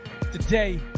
today